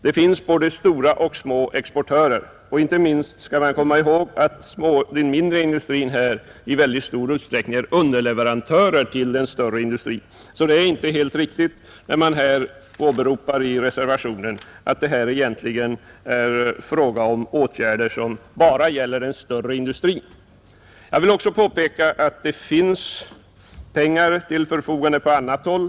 Det finns både stora och små exportörer, och inte minst skall man komma ihåg att den mindre industrin är i mycket stor utsträckning underleverantör till den större industrin. Det är sålunda inte helt riktigt när man i reservationen åberopar att det egentligen är fråga om åtgärder som bara gäller den större industrin. Jag vill också påpeka att det finns pengar till förfogande på annat håll.